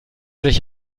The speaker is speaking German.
sich